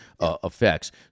effects